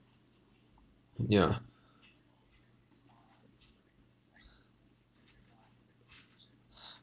mm yeah